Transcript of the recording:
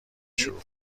شروع